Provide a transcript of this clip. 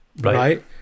right